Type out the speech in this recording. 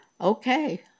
okay